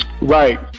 right